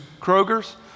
Kroger's